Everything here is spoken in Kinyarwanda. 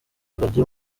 rugagi